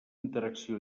interacció